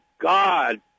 God